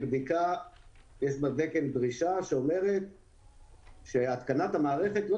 יש בתקן דרישה שאומרת שהתקנת המערכת לא